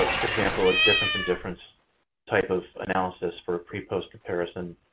ah for example, a difference-in-difference type of analysis for pre-post comparison.